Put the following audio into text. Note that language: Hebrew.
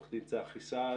עם עורך דין צחי סעד.